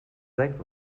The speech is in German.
sekt